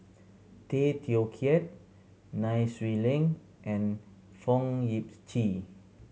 Tay Teow Kiat Nai Swee Leng and Fong Yip Chee